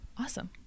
Awesome